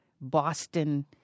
Boston